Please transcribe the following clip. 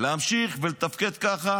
להמשיך לתפקד כך,